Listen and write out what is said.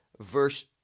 verse